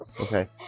Okay